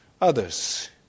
others